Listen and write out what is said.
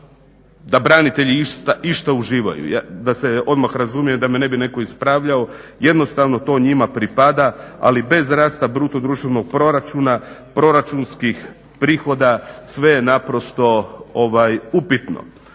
da branitelji išta uživaju, da se odmah razumije da me ne bi netko ispravljao, jednostavno to njima pripada ali bez rasta bruto društvenog proračuna, proračunskih prihoda sve je naprosto upitno.